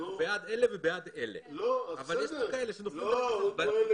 אנחנו בעד אלה ובעד אלה אבל יש כאלה שנופלים בין הכיסאות.